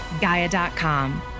gaia.com